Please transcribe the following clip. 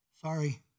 Sorry